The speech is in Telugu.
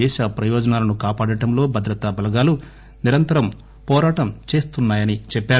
దేశ ప్రయోజనాలను కాపాడడంలో భద్రతా బలగాలు నిరంతరం పోరాటం చేస్తాయని చెప్పారు